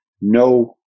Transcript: no